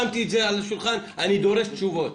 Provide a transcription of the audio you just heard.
כי שם יש גם גננים אני מנסה למצוא את המילים